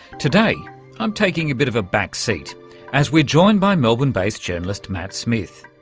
today i'm taking a bit of a back seat as we're joined by melbourne-based journalist matt smith.